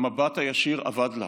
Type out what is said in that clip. שהמבט הישיר אבד לה,